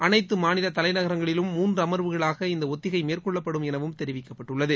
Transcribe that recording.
அளைத்து மாநில தலைநரங்களிலும் மூன்று அமர்வுகளாக இந்த ஒத்திகை மேற்கொள்ளப்படும் எனவும் தெரிவிக்கப்பட்டுள்ளது